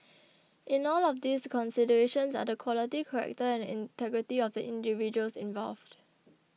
in all of these the considerations are the quality character and integrity of the individuals involved